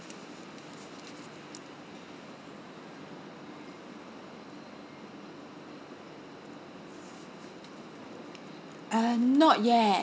uh not yet